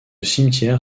cimetière